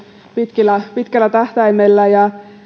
pitkällä pitkällä tähtäimellä